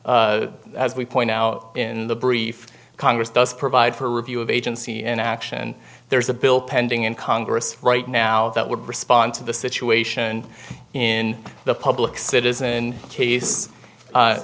as we point out in the brief congress does provide for review of agency in action there is a bill pending in congress right now that would respond to the situation in the public citizen case